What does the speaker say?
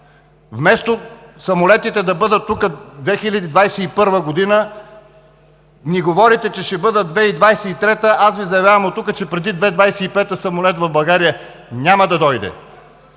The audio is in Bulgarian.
Вместо самолетите да бъдат тук 2021 г., ни говорите, че ще бъдат 2023 г., а аз Ви заявявам оттук, че преди 2025 г. самолет в България няма да дойде!